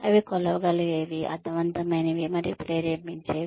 అవి కొలవగలిగేవి అర్ధవంతమైనవి మరియు ప్రేరేపించేవి